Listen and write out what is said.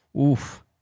Oof